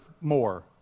more